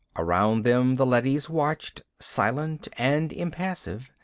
around them the leadys watched, silent and impassive,